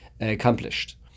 accomplished